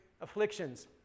afflictions